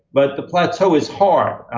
but the plateau is hard.